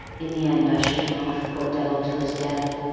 in the end i shook him off, poor devil, to his death.